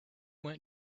went